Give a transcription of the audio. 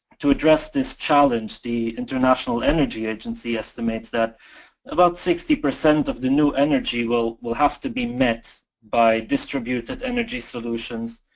to address this challenge the international energy agency estimates that about sixty percent of the new energy will will have to be met by distributed energy solutions,